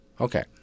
Okay